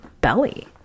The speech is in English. belly